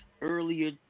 earlier